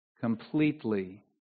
completely